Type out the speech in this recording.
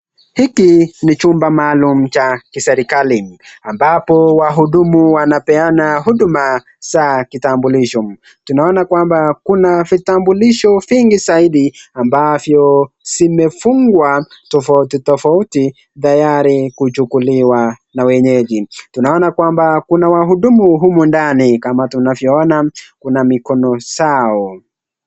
Hiki ni chumba maalum Cha kiserikali ambapo wahudumu wanapeana huduma za kitambulisho. Tunaona kwamba Kuna vitambulisho vingi zaidi ambavyo zimefungwa tofauti tofauti tayari kuchukuliwa na wenyeji. Tunaona kwamba Kuna wahudumu humu ndani kama tunavyo ona Kuna mikono zao.